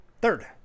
Third